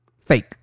fake